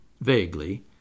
vaguely